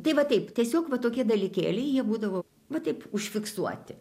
tai va taip tiesiog va tokie dalykėliai jie būdavo va taip užfiksuoti